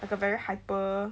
like a very hyper